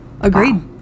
Agreed